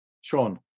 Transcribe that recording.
Sean